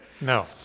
No